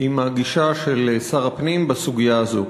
לגישה של שר הפנים בסוגיה הזאת.